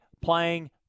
playing